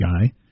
guy